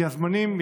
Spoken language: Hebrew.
כי הזמנים,